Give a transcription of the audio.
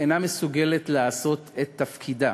אינה מסוגלת לעשות את תפקידה,